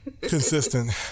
consistent